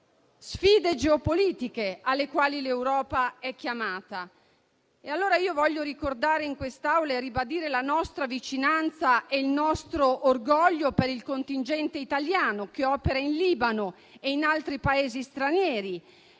sfide geopolitiche alle quali l'Europa è chiamata. Voglio ricordare in quest'Aula e ribadire la nostra vicinanza e il nostro orgoglio per il contingente italiano che opera in Libano e in altri Paesi stranieri.